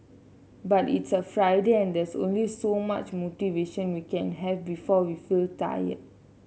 but it's a Friday and there's only so much motivation we can have before we feel tired